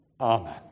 Amen